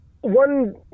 one